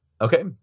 Okay